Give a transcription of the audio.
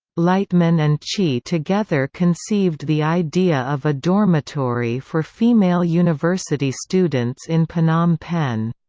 lightman and chea together conceived the idea of a dormitory for female university students in phnom penh.